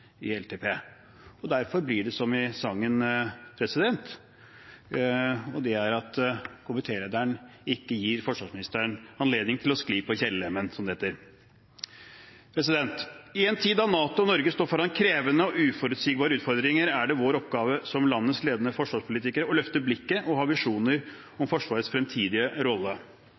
i LTP og å ikke innfri målene i LTP. Derfor blir det som i sangen, at komitélederen ikke gir forsvarsministeren anledning til å «skli på kjellerlemmen», som det heter. I en tid da NATO og Norge står foran krevende og uforutsigbare utfordringer, er det vår oppgave som landets ledende forsvarspolitikere å løfte blikket og ha visjoner om Forsvarets fremtidige rolle.